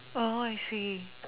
oh I see